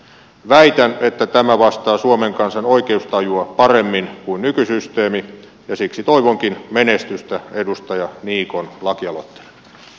väitän että tämä vastaa suomen kansan oikeustajua paremmin kuin nykysysteemi ja siksi toivonkin menestystä edustaja niikon lakialoitteelle